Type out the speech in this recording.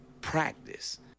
practice